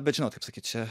bet žinot kaip sakyt čia